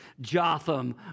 Jotham